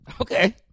Okay